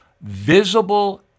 visible